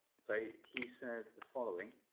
so he says the following,